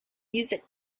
music